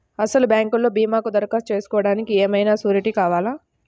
అసలు బ్యాంక్లో భీమాకు దరఖాస్తు చేసుకోవడానికి ఏమయినా సూరీటీ కావాలా?